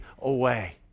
away